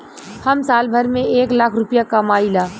हम साल भर में एक लाख रूपया कमाई ला